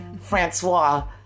Francois